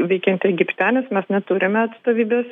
veikianti egipte nes mes neturime atstovybės